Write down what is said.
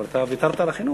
אבל אתה ויתרת על החינוך.